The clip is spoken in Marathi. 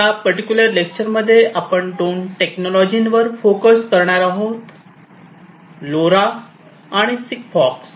या पर्टिक्युलर लेक्चरमध्ये आपण दोन टेक्नॉलॉजीवर फोकस करणार आहोत लोरा आणि सिगफॉक्स